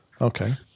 Okay